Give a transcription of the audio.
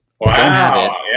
Wow